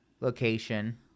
location